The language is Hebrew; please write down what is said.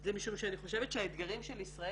זה משום שאני חושבת שהאתגרים של ישראל